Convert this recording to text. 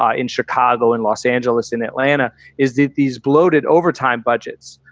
ah in chicago and los angeles, in atlanta is it these bloated overtime budgets?